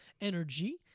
Energy